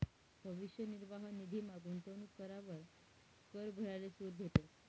भविष्य निर्वाह निधीमा गूंतवणूक करावर कर भराले सूट भेटस